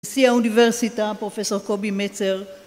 נשיא האוניברסיטה, פרופ' קובי מצר